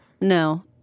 No